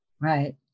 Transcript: Right